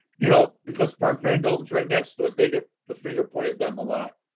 you know, because park vendome is right next to it. they get the finger pointed them a lot.